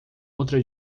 outra